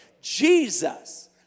Jesus